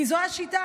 כי זו השיטה.